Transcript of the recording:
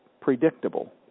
predictable